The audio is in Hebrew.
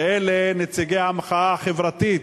ואלה נציגי המחאה החברתית.